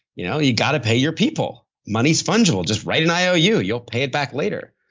you know you got to pay your people. money is fund able. just write an iou. you'll pay it back later.